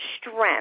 strength